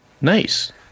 Nice